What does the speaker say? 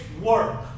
work